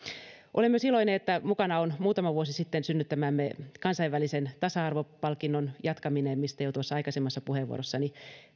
olen myös iloinen että mukana on muutama vuosi sitten synnyttämämme kansainvälisen tasa arvopalkinnon jatkaminen mistä jo tuossa aikaisemmassa puheenvuorossani